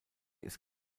ist